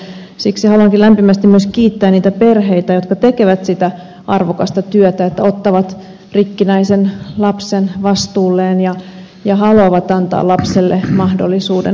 siksi haluankin lämpimästi myös kiittää niitä perheitä jotka tekevät sitä arvokasta työtä eli ottavat rikkinäisen lapsen vastuulleen ja haluavat antaa lapselle mahdollisuuden parempaan elämään